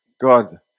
God